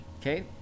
Okay